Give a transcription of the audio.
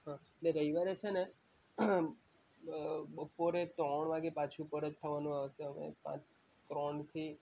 હા ને રવિવારે છે ને બપોરે ત્રણ વાગે પાછું પરત થવાનું આવશે અમે પાંચ ત્રણથી